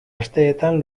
asteetan